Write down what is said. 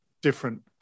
different